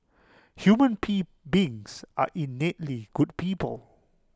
human be beings are innately good people